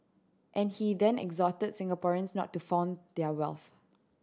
and he then exhorted Singaporeans not to flaunt their wealth